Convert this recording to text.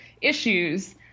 issues